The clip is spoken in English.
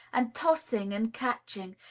and tossing and catching,